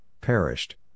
perished